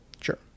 Sure